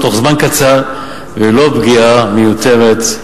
תוך זמן קצר וללא פגיעה מיותרת,